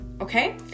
okay